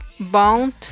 bound